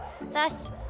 Thus